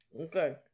Okay